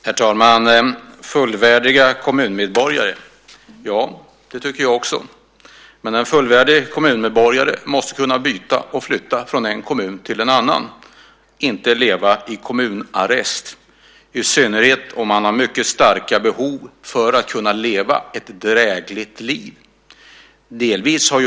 Herr talman! Fullvärdiga kommunmedborgare - ja, det tycker jag också. Men en fullvärdig kommunmedborgare måste kunna byta och flytta från en kommun till en annan. Man ska inte behöva leva i kommunarrest, i synnerhet om man har ett starkt behov att kunna leva ett drägligt liv.